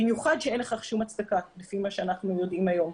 במיוחד כשאין לכך כל הצדקה לפי מה שאנחנו יודעים היום.